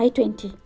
I twenty